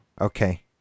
Okay